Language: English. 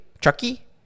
Chucky